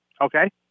okay